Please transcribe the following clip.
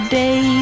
day